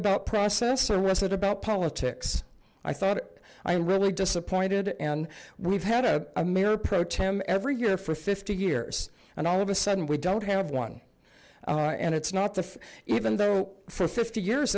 about process or was it about politics i thought i'm really disappointed and we've had a mayor pro tem every year for fifty years and all of a sudden we don't have one and it's not the even though for fifty years